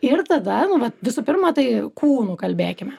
ir tada nu vat visų pirma tai kūnu kalbėkime